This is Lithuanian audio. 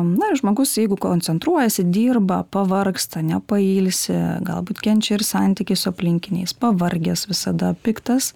na ir žmogus jeigu koncentruojasi dirba pavargsta nepailsi galbūt kenčia ir santykiai su aplinkiniais pavargęs visada piktas